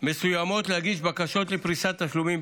מסוימות להגיש בכתב בקשות לפריסת תשלומים.